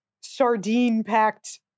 sardine-packed